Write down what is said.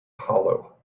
hollow